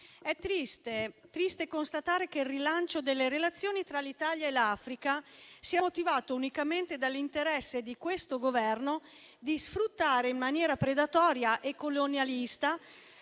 è triste constatare che il rilancio delle relazioni tra l'Italia e l'Africa sia motivato unicamente dall'interesse di questo Governo di sfruttare in maniera predatoria e colonialista